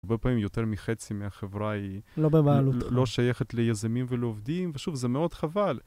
הרבה פעמים יותר מחצי מהחברה היא לא שייכת ליזמים ולעובדים, ושוב, זה מאוד חבל.